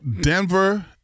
Denver